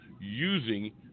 using